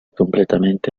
completamente